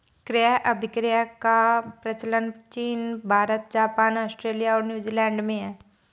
क्रय अभिक्रय का प्रचलन चीन भारत, जापान, आस्ट्रेलिया और न्यूजीलैंड में है